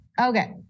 okay